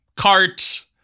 cart